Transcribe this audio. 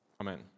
Amen